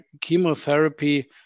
chemotherapy